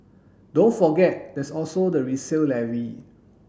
don't forget there's also the resale levy